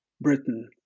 Britain